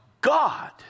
God